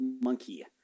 monkey